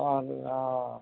অ' অ'